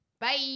bye